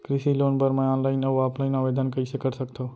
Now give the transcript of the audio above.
कृषि लोन बर मैं ऑनलाइन अऊ ऑफलाइन आवेदन कइसे कर सकथव?